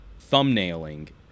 thumbnailing